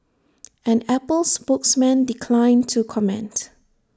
an Apple spokesman declined to comment